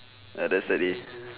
ah that's the day